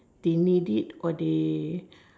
they need it or they